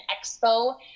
expo